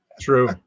true